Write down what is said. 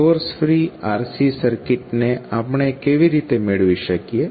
source free RC સર્કિટને આપણે કેવી રીતે મેળવી શકીએ